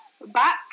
back